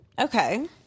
Okay